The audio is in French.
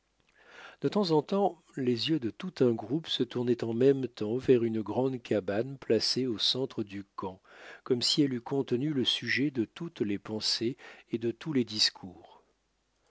de temps en temps les yeux de tout un groupe se tournaient en même temps vers une grande cabane placée au centre du camp comme si elle eût contenu le sujet de toutes les pensées et de tous les discours